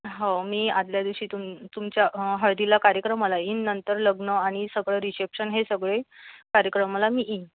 हो मी आदल्या दिवशी तुम तुमच्या हळदीला कार्यक्रमाला ईन नंतर लग्न आणि सगळं रिसेप्शन हे सगळे कार्यक्रमाला मी ईन